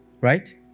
Right